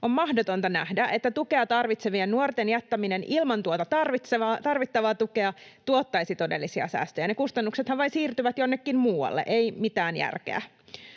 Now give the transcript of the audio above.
On mahdotonta nähdä, että tukea tarvitsevien nuorten jättäminen ilman tuota tarvittavaa tukea tuottaisi todellisia säästöjä. Ne kustannuksethan vain siirtyvät jonnekin muualle — ei mitään järkeä.